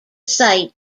site